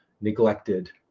neglected